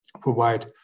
provide